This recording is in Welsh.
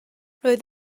roedd